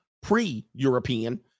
pre-European